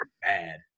bad